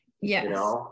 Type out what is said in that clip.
yes